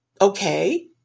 okay